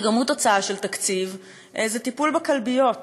שגם הוא תוצאה של תקציב, זה טיפול בכלביות,